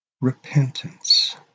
repentance